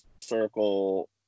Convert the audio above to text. Circle